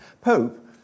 Pope